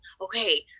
okay